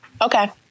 Okay